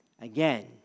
again